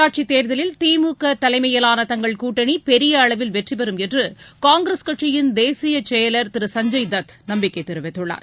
உள்ளாட்சி தேர்தலில் திமுக தலைமையிலான தங்கள் கூட்டணி பெரிய அளவில் வெற்றி பெறும் என்று காங்கிரஸ் கட்சியின் தேசிய செயலர் திரு சஞ்சய் தத் நப்பிக்கை தெரிவித்துள்ளார்